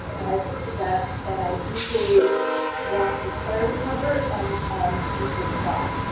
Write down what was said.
and i look at that and i equally want to tear the cover and and equally cry.